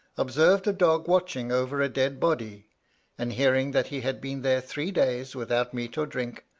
observed a dog watching over a dead body and hearing that he had been there three days without meat or drink,